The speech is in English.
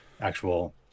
actual